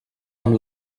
amb